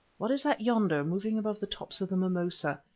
what is that yonder, moving above the tops of the mimosa,